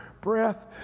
breath